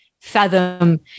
fathom